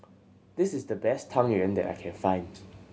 this is the best Tang Yuen that I can find